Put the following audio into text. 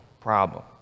problem